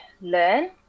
learn